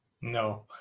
No